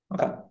Okay